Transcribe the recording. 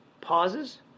pauses